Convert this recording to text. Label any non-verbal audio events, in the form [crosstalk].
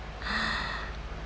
[breath]